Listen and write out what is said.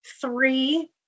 Three